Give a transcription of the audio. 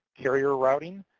carrier routing,